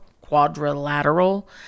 quadrilateral